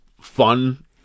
fun